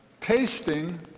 tasting